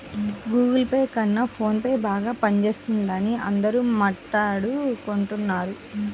Google Pay కన్నా phone పేనే బాగా పనిజేత్తందని అందరూ మాట్టాడుకుంటన్నారు